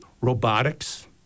Robotics